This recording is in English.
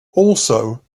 also